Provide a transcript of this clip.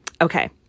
Okay